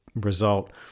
result